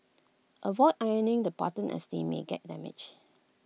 avoid ironing the buttons as they may get damaged